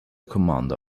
commander